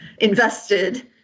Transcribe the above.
invested